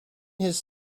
his